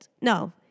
No